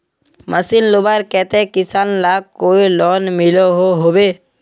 Machine लुबार केते किसान लाक कोई लोन मिलोहो होबे?